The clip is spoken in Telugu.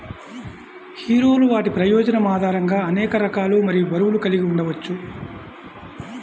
హీరోలు వాటి ప్రయోజనం ఆధారంగా అనేక రకాలు మరియు బరువులు కలిగి ఉండవచ్చు